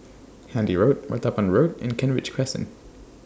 Handy Road Martaban Road and Kent Ridge Crescent